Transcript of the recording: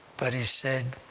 but he said,